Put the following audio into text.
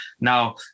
Now